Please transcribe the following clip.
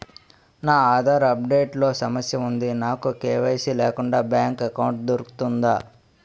నా Aadhaar update లో సమస్య వుంది నాకు కే.వై.సీ లేకుండా బ్యాంక్ ఎకౌంట్దొ రుకుతుందా?